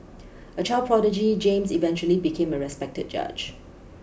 a child prodigy James eventually became a respected judge